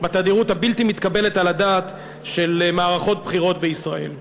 בתדירות הבלתי מתקבלת על הדעת של מערכות בחירות בישראל.